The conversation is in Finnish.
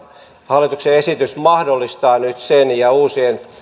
hallituksen esitys mahdollistaa nyt sen ja uusien